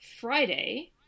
Friday